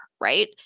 right